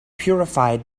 purified